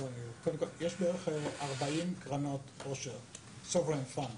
יש בערך 40 קרנות עושר sovereign funds בעולם.